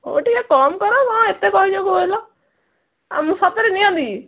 ହଉ ଟିକିଏ କମ୍ କର କ'ଣ ଏତେ କହୁଛ କହିଲ ଆ ମୁଁ ସତରେ ନିଅନ୍ତି